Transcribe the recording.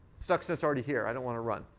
stuxnet's already here. i don't want to run.